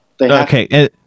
okay